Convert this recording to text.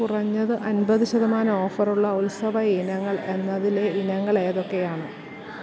കുറഞ്ഞത് അൻപത് ശതമാനം ഓഫറുള്ള ഉത്സവ ഇനങ്ങൾ എന്നതിലെ ഇനങ്ങൾ ഏതൊക്കെയാണ്